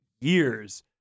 years